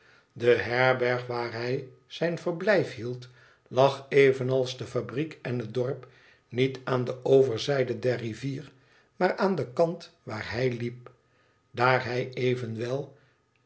de herberg waar hij zijn verblijf hield lag evenals de fabriek en het dorp niet aan de overzijde der rivier maar aan den kant waar hij liep daar hij evenwel